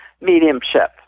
mediumship